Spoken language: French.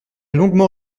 longuement